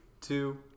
two